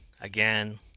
Again